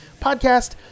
podcast